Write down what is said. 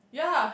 ya